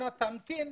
אנא תמתין,